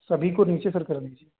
सभी को नीचे सर कर दीजिए